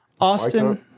Austin